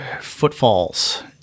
footfalls